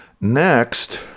Next